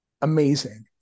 Amazing